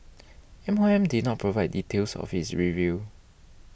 M O M did not provide details of its review